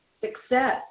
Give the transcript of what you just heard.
success